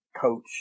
coach